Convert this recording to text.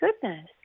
goodness